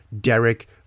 Derek